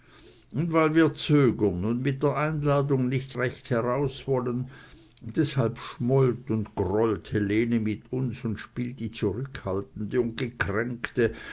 und weil wir zögern und mit der einladung nicht recht heraus wollen deshalb schmollt und grollt helene mit uns und spielt die zurückhaltende und gekränkte